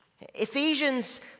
Ephesians